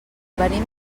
venim